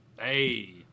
Hey